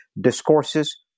discourses